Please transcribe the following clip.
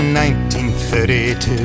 1932